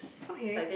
okay